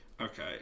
Okay